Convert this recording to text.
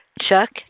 Chuck